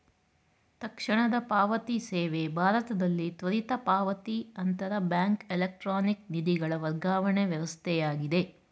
ತಕ್ಷಣದ ಪಾವತಿ ಸೇವೆ ಭಾರತದಲ್ಲಿ ತ್ವರಿತ ಪಾವತಿ ಅಂತರ ಬ್ಯಾಂಕ್ ಎಲೆಕ್ಟ್ರಾನಿಕ್ ನಿಧಿಗಳ ವರ್ಗಾವಣೆ ವ್ಯವಸ್ಥೆಯಾಗಿದೆ